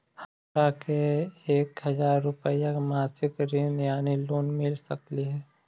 हमरा के एक हजार रुपया के मासिक ऋण यानी लोन मिल सकली हे?